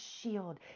shield